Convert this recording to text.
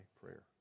prayer